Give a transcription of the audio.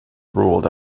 ruled